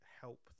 help